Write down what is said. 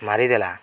ମାରିଦେଲା